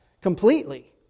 completely